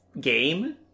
game